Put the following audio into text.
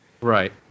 Right